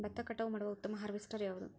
ಭತ್ತ ಕಟಾವು ಮಾಡುವ ಉತ್ತಮ ಹಾರ್ವೇಸ್ಟರ್ ಯಾವುದು?